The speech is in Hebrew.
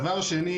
דבר שני,